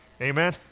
Amen